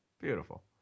Beautiful